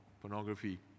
pornography